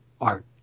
art